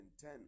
ten